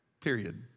period